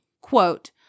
quote